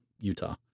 utah